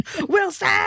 Wilson